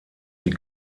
sie